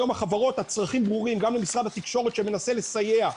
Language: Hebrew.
היום הצרכים ברורים גם לחברות וגם למשרד התקשורת שמנסה לסייע,